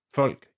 folk